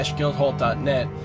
guildhall.net